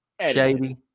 shady